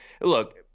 look